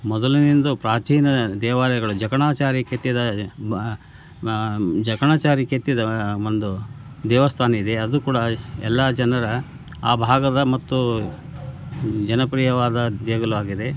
ಮೊದಲಿನಿಂದಲೂ ಪ್ರಾಚೀನ ದೇವಾಲಯಗಳು ಜಕ್ಕಣಾಚಾರಿ ಕೆತ್ತಿದ ಬ ಜಕ್ಕಣಾಚಾರಿ ಕೆತ್ತಿದ ಒಂದು ದೇವಸ್ಥಾನ ಇದೆ ಅದು ಕೂಡ ಎಲ್ಲಾ ಜನರ ಆ ಭಾಗದ ಮತ್ತು ಜನಪ್ರಿಯವಾದ ದೇಗುಲ ಆಗಿದೆ